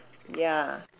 ya